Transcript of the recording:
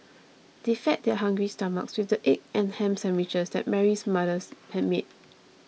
they fed their hungry stomachs with the egg and ham sandwiches that Mary's mother had made